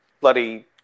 bloody